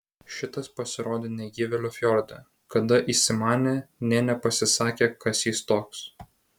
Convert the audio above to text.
šitas pasirodė negyvėlio fjorde kada įsimanė nė nepasisakė kas jis toks